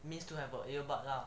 it means to have a earbud lah